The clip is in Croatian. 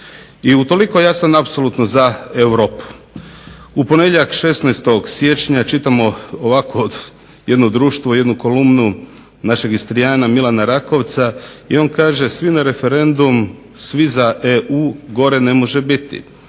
I u toliko ja sam apsolutno za Europu. U ponedjeljak 16. siječnja čitamo ovako jedno društvo, jednu kolumnu našeg istrijana Milana Rakovca i on kaže "svi na referendum, svi za EU, gore ne može biti".